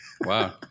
Wow